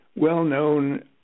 Well-known